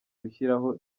gushyiraho